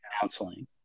counseling